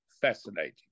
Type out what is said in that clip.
fascinating